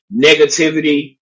negativity